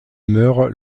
meurt